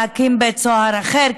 להקים בית סוהר אחר,